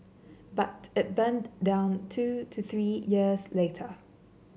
but it burned down two to three years later